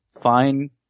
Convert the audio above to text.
fine